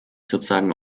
sozusagen